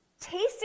Tasting